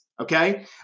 Okay